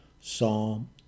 Psalm